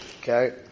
okay